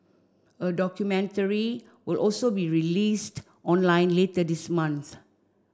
a documentary will also be released online later this month